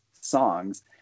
songs